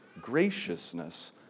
graciousness